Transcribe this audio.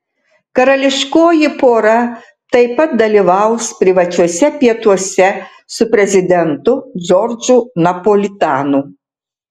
karališkoji pora taip pat dalyvaus privačiuose pietuose su prezidentu džordžu napolitanu